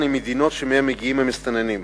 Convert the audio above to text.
עם מדינות שמהן מגיעים המסתננים.